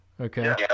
Okay